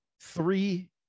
three